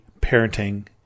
parenting